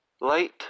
Light